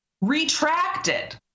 retracted